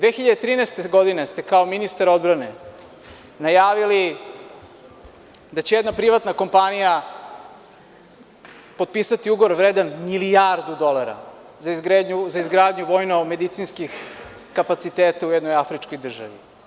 Godine 2013. ste kao ministar odbrane najavili da će jedna privatna kompanija potpisati ugovor vredan milijardu dolara za izgradnju vojnomedicinskih kapaciteta u jednoj afričkoj državi.